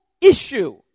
issue